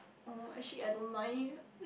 oh actually I don't mind